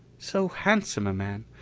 so handsome a man.